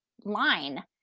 line